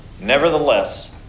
nevertheless